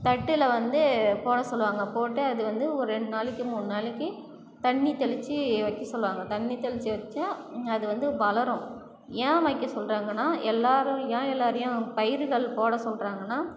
தட்டில் வந்து போட சொல்லுவாங்க போட்டு அது வந்து ஒரு ரெண்டு நாளைக்கு மூணு நாளைக்கு தண்ணி தெளித்து வைக்க சொல்லுவாங்க தண்ணி தெளித்து வச்சால் அது வந்து வளரும் ஏன் வைக்க சொல்றாங்கன்னா எல்லாரும் ஏன் எல்லாரையும் பயிர்கள் போட சொல்றாங்கன்னா